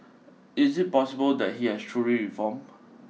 is it possible that he has truly reformed